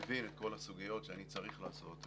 מבין את כל הסוגיות שאני צריך לעשות.